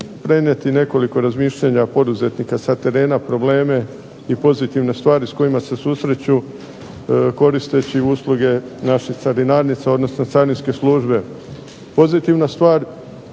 prenijeti nekoliko razmišljanja poduzetnika sa terena, probleme i pozitivne stvari s kojima se susreću koristeći usluge naše carinarnice, odnosno carinske službe.